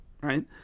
right